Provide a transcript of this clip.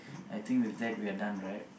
I think with that we are done right